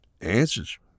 Answers